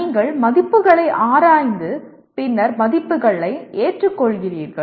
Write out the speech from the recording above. நீங்கள் மதிப்புகளை ஆராய்ந்து பின்னர் மதிப்புகளை ஏற்றுக்கொள்கிறீர்கள்